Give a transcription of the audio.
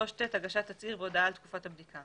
3ט.הגשת תצהיר והודעה על תקופת הבדיקה